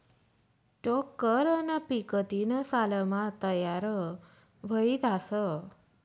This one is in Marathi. टोक्करनं पीक तीन सालमा तयार व्हयी जास